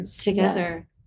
together